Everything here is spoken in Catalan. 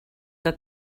que